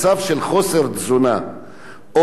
או איזה אי-ביטחון תזונתי לאנשים,